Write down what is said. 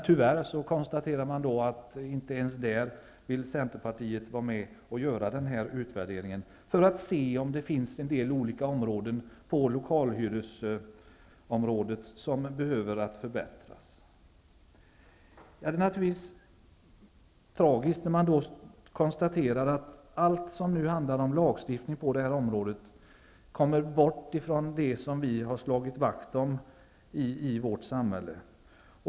Tyvärr måste vi konstatera att inte ens där vill Centern vara med och göra en sådan utvärdering för att se om det finns olika områden i fråga om lokalhyror som behöver förbättras. Det hela är naturligtvis tragiskt. Allt som nu handlar om lagstiftning på det här området leder bort från det som vi har slagit vakt om i vårt samhälle.